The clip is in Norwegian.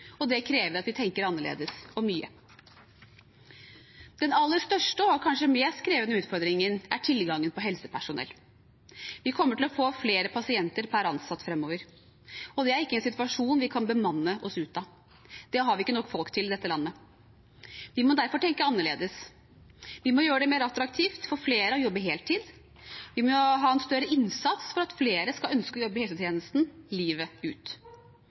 og det krever at vi tenker annerledes om mye. Den aller største og kanskje mest krevende utfordringen er tilgangen på helsepersonell. Vi kommer til å få flere pasienter per ansatt fremover, og det er ikke en situasjon vi kan bemanne oss ut av. Det har vi ikke nok folk til i dette landet. Vi må derfor tenke annerledes. Vi må gjøre det mer attraktivt for flere å jobbe heltid, vi må ha en større innsats for at flere skal ønske å jobbe i helsetjenesten livet ut.